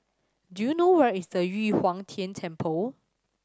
do you know where is the Yu Huang Tian Temple